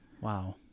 Wow